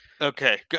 Okay